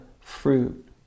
fruit